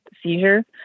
seizure